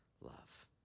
love